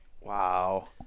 Wow